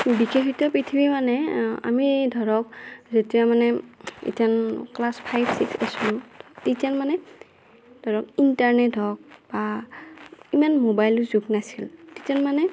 বিকশিত পৃথিৱী মানে আমি ধৰক যেতিয়া মানে ইথেন ক্লাছ ফাইভ ছিক্স পাইছোঁ তিতেন মানে ধৰক ইণ্টাৰনেট হওক বা ইমান ম'বাইলৰ যুগ নাছিল তিতেন মানে